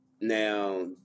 Now